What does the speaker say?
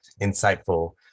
insightful